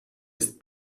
ist